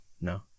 No